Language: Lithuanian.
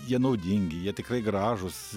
jie naudingi jie tikrai gražūs